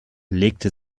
legte